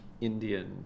Indian